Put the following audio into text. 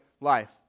life